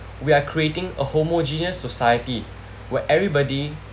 we are creating a homogeneous society where everybody